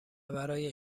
برای